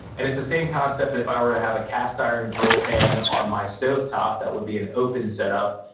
and it's the same concept if i were to have a cast iron grill pan on my stove top that would be an open set up,